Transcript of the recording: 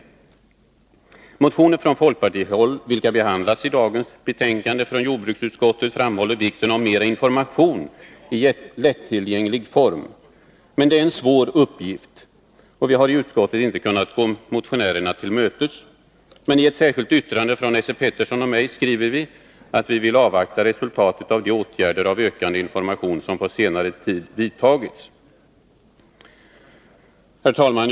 I motioner från folkpartihåll, vilka har behandlats i dagens betänkande från jordbruksutskottet, framhålls vikten av att tillhandahålla mer information i lättillgänglig form. Men det är en svår uppgift, och vi har i utskottet inte kunnat gå motionärerna till mötes. I ett särskilt yttrande från Esse Petersson och mig skriver vi att vi vill avvakta resultatet av de åtgärder i form av ökande information som på senare tid har vidtagits. Herr talman!